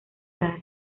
cada